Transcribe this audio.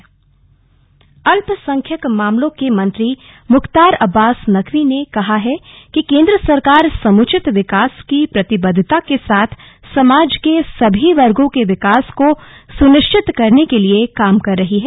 प्रतिबद्धता अल्पसंख्यक मामलों के मंत्री मुख्तार अब्बास नकवी ने कहा है कि केन्द्र सरकार समुचित विकास की प्रतिबद्धता के साथ समाज के सभी वर्गों के विकास को सुनिश्चित करने के लिए काम कर रही है